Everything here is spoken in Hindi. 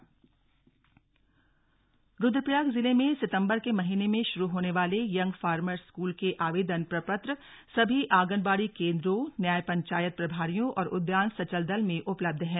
निशुल्क प्रशिक्षण रूद्रप्रयाग जिले में सितंबर के महीने में शुरू होने वाले यंग फॉर्मर स्कूल के आवेदन प्रपत्र सभी आगनबाड़ी केंद्रो न्याय पंचायत प्रभारियों और उद्यान सचल दल में उपलब्ध हैं